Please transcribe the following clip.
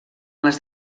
les